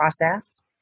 process